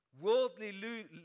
Worldly